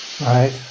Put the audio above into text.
Right